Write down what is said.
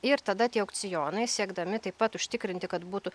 ir tada tie aukcionai siekdami taip pat užtikrinti kad būtų